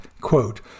quote